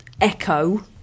echo